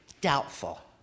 doubtful